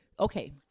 Okay